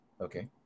Okay